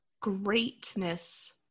greatness